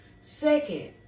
Second